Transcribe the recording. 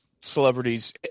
celebrities